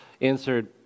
answered